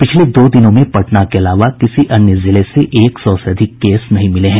पिछले दो दिनों में पटना के अलावा किसी अन्य जिले से एक सौ से अधिक केस नहीं मिले हैं